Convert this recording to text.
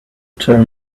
tell